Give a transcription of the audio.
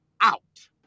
out